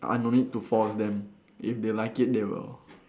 I don't need to force them if they like it they will